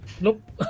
Nope